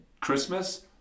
Christmas